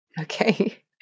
Okay